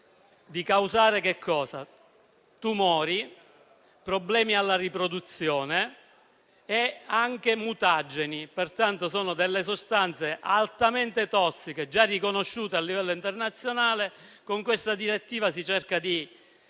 che causino tumori, problemi alla riproduzione e che siano anche mutageni. Pertanto sono delle sostanze altamente tossiche, già riconosciute a livello internazionale. Con questa direttiva si cerca